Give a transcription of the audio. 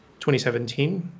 2017